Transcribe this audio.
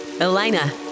Elena